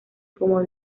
como